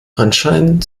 anscheinend